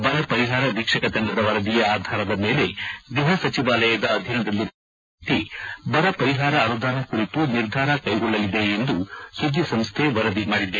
ಬರಪರಿಹಾರ ವೀಕ್ಷಕ ತಂಡದ ವರದಿಯ ಆಧಾರದ ಮೇಲೆ ಗೃಹ ಸಚಿವಾಲಯದ ಅಧೀನದಲ್ಲಿರುವ ಉನ್ನತ ಮಟ್ಟದ ಸಮಿತಿ ಬರಪರಿಹಾರ ಅನುದಾನ ಕುರಿತು ನಿರ್ಧಾರ ಕೈಗೊಳ್ಳಲಿದೆ ಎಂದು ಸುದ್ದಿಸಂಸ್ಥೆ ವರದಿ ಮಾಡಿದೆ